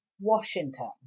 Washington